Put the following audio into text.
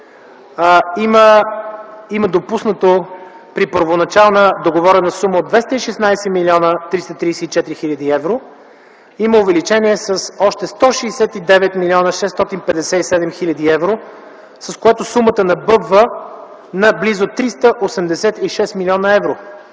има допуснато при първоначално договорена сума от 216 млн. 334 хил. евро увеличение с още 169 млн. 657 хил. евро, с което сумата набъбва на близо 386 млн. евро,